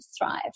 thrive